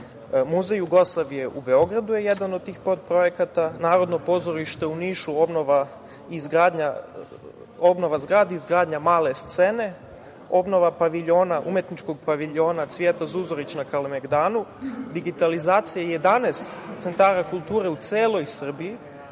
Muzej Jugoslavije u Beogradu je jedan od tih podprojekata. Narodno pozorište u Nišu, obnova zgrade i izgradnja mala scene, obnova Umetničkog paviljona "Cvijeta Zuzorić" na Kalemegdanu, digitalizacija 11 centara kulture u celoj Srbiji,